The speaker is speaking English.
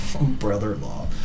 brother-in-law